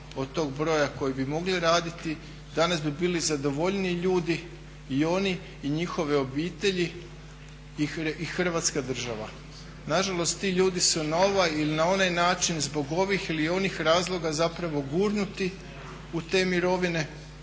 od tog broja koji bi mogli raditi i danas bi bili zadovoljniji ljudi i oni i njihove obitelji i Hrvatska država. Nažalost, ti ljudi su na ovaj ili na onaj način zbog ovih ili onih razloga zapravo gurnuti u te mirovine